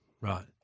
Right